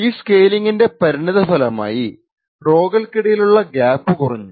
ഈ സ്കെലിങ്ങിന്റെ പരിണതഫലമായി റോകൾക്കിടയിലുള്ള ഗ്യാപ് കുറഞ്ഞു